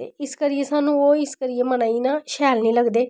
ते इक करियै सानूं ओह् इस करियै मनां गी ना शैल निं लगदे